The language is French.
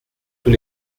tous